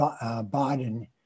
Baden